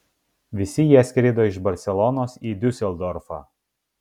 visi jie skrido iš barselonos į diuseldorfą